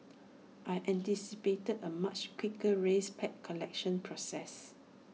I anticipated A much quicker race pack collection process